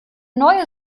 neue